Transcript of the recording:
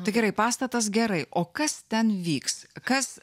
tikrai pastatas gerai o kas ten vyks kas